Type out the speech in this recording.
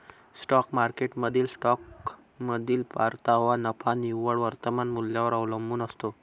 stock मार्केटमधील स्टॉकमधील परतावा नफा निव्वळ वर्तमान मूल्यावर अवलंबून असतो